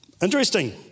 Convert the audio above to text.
Interesting